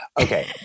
Okay